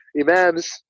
Imams